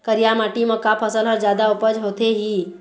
करिया माटी म का फसल हर जादा उपज होथे ही?